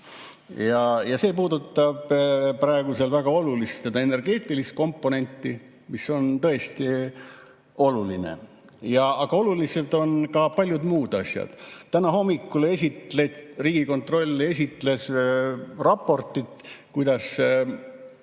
See puudutab praegu väga olulist energeetilist komponenti, mis on tõesti oluline. Aga olulised on ka paljud muud asjad. Täna hommikul Riigikontroll esitles raportit, kuidas